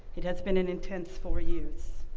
it has been an intense four years.